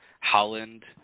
Holland